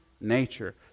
nature